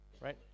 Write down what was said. right